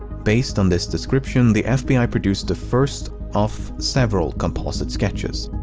based on this description, the fbi produced the first of several composite sketches.